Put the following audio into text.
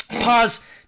Pause